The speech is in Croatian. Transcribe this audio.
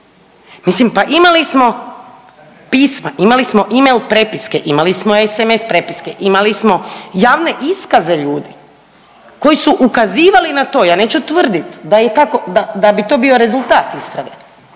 mislim pa imali smo pisma, imali smo e-mail prepiske, imali smo SMS prepiske, imali smo javne iskaze ljudi koji su ukazivali na to, ja neću tvrdit da je tako, da da bi to bio rezultat istrage,